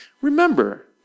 remember